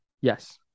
Yes